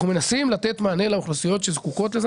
אנחנו מנסים לתת מענה לאוכלוסיות שזקוקות לזה.